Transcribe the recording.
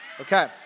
Okay